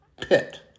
pit